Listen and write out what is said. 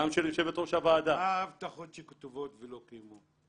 גם של יושבת ראש הוועדה --- מה ההבטחות שכתובות ולא קוימו?